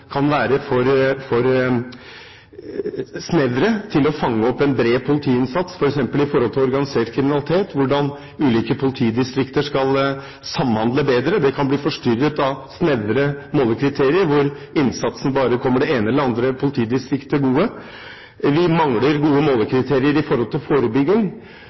kan være for snevre til å fange opp en bred politiinnsats, f.eks. hvordan ulike politidistrikter skal samhandle bedre når det gjelder organisert kriminalitet. Det kan bli forstyrret av snevre målekriterier hvor innsatsen bare kommer det ene eller det andre politidistrikt til gode. Vi mangler gode målekriterier for forebygging,